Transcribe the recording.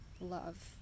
love